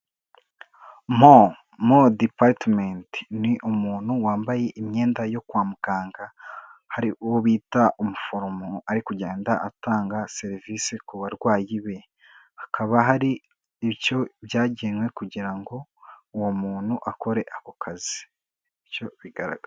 Mo mo dipatimenti ni umuntu wambaye imyenda yo kwa muganga. Hari uwo bita umuforomo ari kugenda atanga serivisi ku barwayi be. Hakaba hari icyo byagenwe kugira ngo uwo muntu akore ako kazi. Icyo bigaragara.